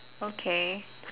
okay